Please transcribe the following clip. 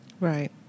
Right